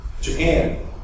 Japan